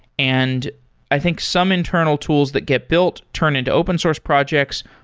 and i think some internal tools that get built turn into open source projects.